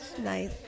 nice